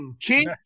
king